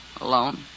alone